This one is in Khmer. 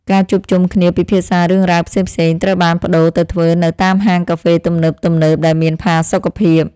ការជួបជុំគ្នាពិភាក្សារឿងរ៉ាវផ្សេងៗត្រូវបានប្តូរទៅធ្វើនៅតាមហាងកាហ្វេទំនើបៗដែលមានផាសុកភាព។